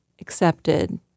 accepted